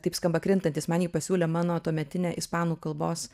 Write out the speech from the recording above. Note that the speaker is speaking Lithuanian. taip skamba krintantys man jį pasiūlė mano tuometinę ispanų kalbos